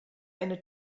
eine